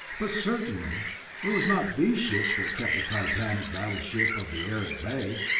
but certainly it was not these ships that kept the titanic battleship of the air at bay!